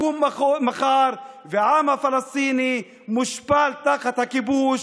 נקום מחר, והעם הפלסטיני מושפל תחת הכיבוש.